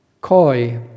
coy